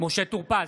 משה טור פז,